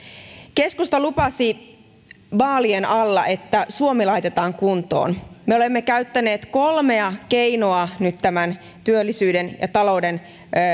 keskusta lupasi vaalien alla että suomi laitetaan kuntoon me olemme käyttäneet kolmea keinoa nyt tämän työllisyyden ja talouden